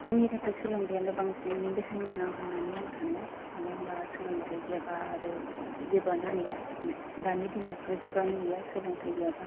आंनि थाखाय सोंलोंथायानो बांसिन बेसेन गोनां होननानै आं सानो मानो होनबा सोलोंथाय गैयाबा आरो जेबोआनो गैया दानि दिनावथ' जेबोआनो गैया सोलोंथाय गैयाबा